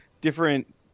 different